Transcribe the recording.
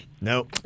Nope